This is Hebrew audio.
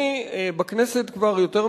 ואיך היא תעלה?